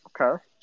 Okay